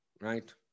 Right